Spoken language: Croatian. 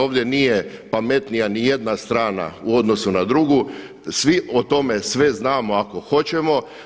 Ovdje nije pametnija ni jedna strana u odnosu na drugu, svi o tome sve znamo ako hoćemo.